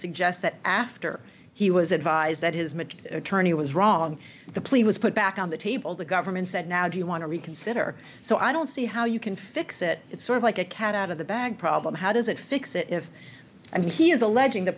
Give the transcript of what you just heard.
suggest that after he was advised that his mage attorney was wrong the plea was put back on the table the government said now do you want to reconsider so i don't see how you can fix it it's sort of like a cat out of the bag problem how does it fix it if and he is alleging the